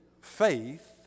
faith